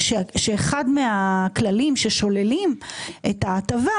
אומר שאחד הכללים ששוללים את ההטבה,